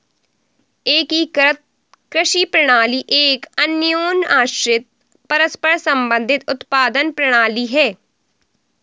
एकीकृत कृषि प्रणाली एक अन्योन्याश्रित, परस्पर संबंधित उत्पादन प्रणाली है